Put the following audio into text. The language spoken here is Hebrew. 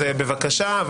בבקשה,